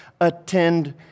attend